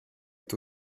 est